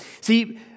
See